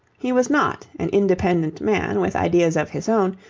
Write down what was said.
he was not an independent man with ideas of his own,